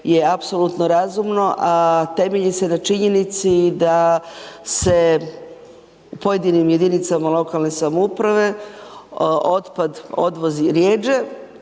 je apsolutno razumno a temelji se na činjenici da se u pojedinim jedinicama lokalne samouprave otpad odvozi rjeđe